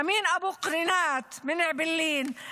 אמין אבו קרינאת מאעבלין,